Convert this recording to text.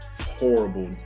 horrible